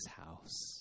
house